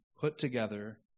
put-together